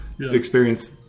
experience